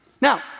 Now